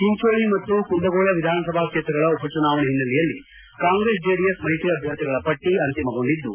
ಚಿಂಚೋಳಿ ಮತ್ತು ಕುಂದಗೋಳ ವಿಧಾನಸಭಾ ಕ್ಷೇತ್ರಗಳ ಉಪಚುನಾವಣೆ ಹಿನ್ನೆಲೆಯಲ್ಲಿ ಕಾಂಗ್ರೆಸ್ ಜೆಡಿಎಸ್ ಮೈತ್ರಿ ಅಭ್ವರ್ಥಿಗಳ ಪಟ್ಟ ಅಂತಿಮಗೊಂಡಿದ್ದು